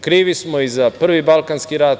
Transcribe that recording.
Krvi smo i za Prvi balkanski rat.